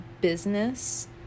business